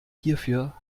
hierfür